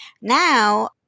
Now